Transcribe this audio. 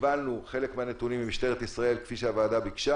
קיבלנו חלק מהנתונים ממשטרת ישראל כפי שהוועדה ביקשה.